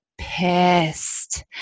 pissed